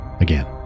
again